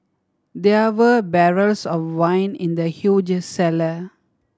there were barrels of wine in the huge cellar